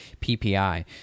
PPI